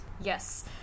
Yes